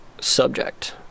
subject